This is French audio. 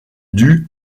dut